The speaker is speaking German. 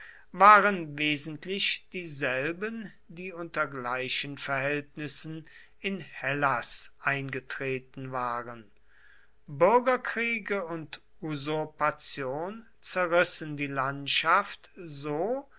waren wesentlich dieselben die unter gleichen verhältnissen in hellas eingetreten waren bürgerkriege und usurpation zerrissen die landschaft so